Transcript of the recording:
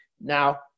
Now